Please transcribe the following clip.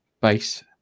base